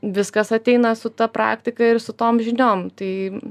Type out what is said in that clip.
viskas ateina su ta praktika ir su tom žiniom tai